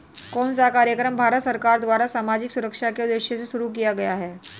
कौन सा कार्यक्रम भारत सरकार द्वारा सामाजिक सुरक्षा के उद्देश्य से शुरू किया गया है?